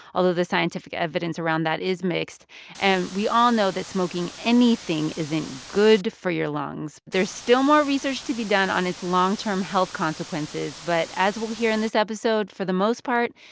although, the scientific evidence around that is mixed and we all know that smoking anything isn't good for your lungs. there's still more research to be done on its long-term health consequences. but as we'll hear in this episode, for the most part,